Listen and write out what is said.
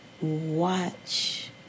watch